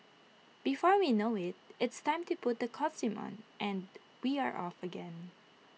before we know IT it's time to put the costume on and we are off again